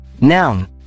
noun